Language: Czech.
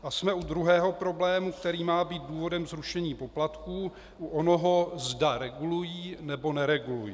A jsme u druhého problému, který má být důvodem zrušení poplatků, u onoho zda regulují, nebo neregulují.